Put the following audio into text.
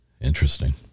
Interesting